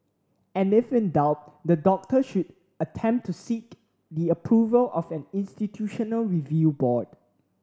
and if in doubt the doctor should attempt to seek the approval of an institutional review board